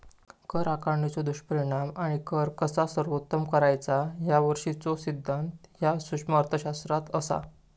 कर आकारणीचो दुष्परिणाम आणि कर कसा सर्वोत्तम करायचा याविषयीचो सिद्धांत ह्या सूक्ष्म अर्थशास्त्रात असा